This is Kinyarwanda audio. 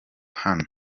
hano